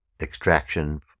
extraction